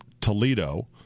Toledo